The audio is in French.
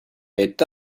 est